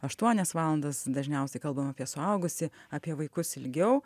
aštuonias valandas dažniausiai kalbam apie suaugusį apie vaikus ilgiau